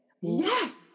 yes